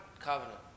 covenant